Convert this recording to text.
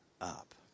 up